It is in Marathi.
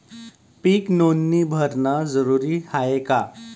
पीक नोंदनी भरनं जरूरी हाये का?